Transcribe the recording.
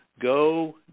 Go